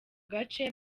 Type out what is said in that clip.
gace